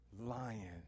lion